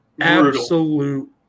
Absolute